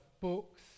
Books